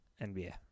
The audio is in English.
NBA